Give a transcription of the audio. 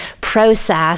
process